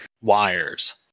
wires